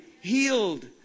healed